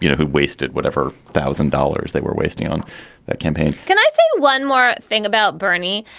you know who wasted whatever thousand dollars they were wasting on that campaign can i say one more thing about bernie,